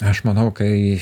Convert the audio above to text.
aš manau kai